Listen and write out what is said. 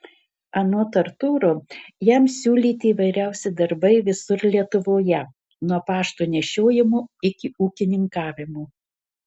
anot artūro jam siūlyti įvairiausi darbai visur lietuvoje nuo pašto nešiojimo iki ūkininkavimo